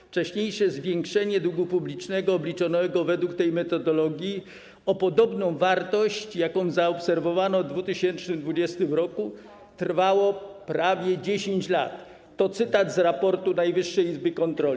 Wcześniejsze zwiększenie długu publicznego obliczonego według tej metodologii o podobną wartość, jaką zaobserwowano w 2020 r., trwało prawie 10 lat - to cytat z raportu Najwyższej Izby Kontroli.